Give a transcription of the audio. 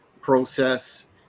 process